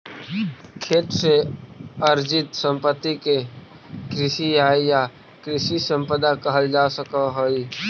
खेती से अर्जित सम्पत्ति के कृषि आय या कृषि सम्पदा कहल जा सकऽ हई